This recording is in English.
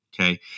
Okay